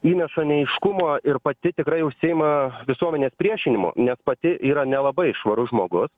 įneša neaiškumo ir pati tikrai užsiima visuomenės priešinimu nes pati yra nelabai švarus žmogus